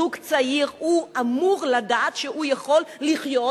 זוג צעיר אמור לדעת שהוא יכול לחיות,